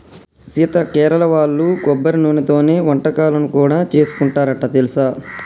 సీత కేరళ వాళ్ళు కొబ్బరి నూనెతోనే వంటకాలను కూడా సేసుకుంటారంట తెలుసా